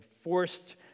forced